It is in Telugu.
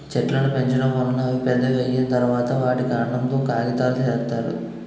చెట్లును పెంచడం వలన అవి పెద్దవి అయ్యిన తరువాత, వాటి కాండం తో కాగితాలును సేత్తారు